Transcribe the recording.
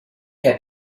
had